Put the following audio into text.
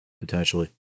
potentially